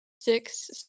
six